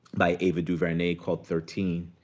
by ava duvernay called thirteenth.